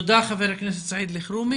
תודה, חבר הכנסת סעיד אלחרומי.